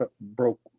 broke